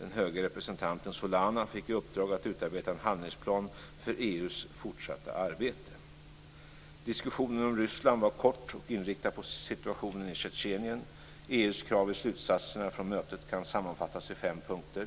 Den höge representanten Solana fick i uppdrag att utarbeta en handlingsplan för EU:s fortsatta arbete. Diskussionen om Ryssland var kort och inriktad på situationen i Tjetjenien. EU:s krav i slutsatserna från mötet kan sammanfattas i fem punkter: ·